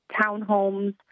townhomes